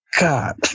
God